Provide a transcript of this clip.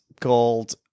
called